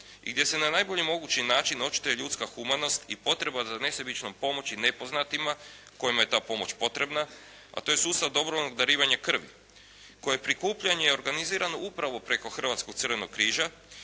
i gdje se na najbolji mogući način očituje ljudska humanost i potreba za nesebičnom pomoći nepoznatima kojima je ta pomoć potrebna, a to je sustav dobrovoljnog darivanja krvi, koje prikupljanje je organizirano upravo preko Hrvatskog crvenog križa